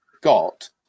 got